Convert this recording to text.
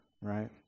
right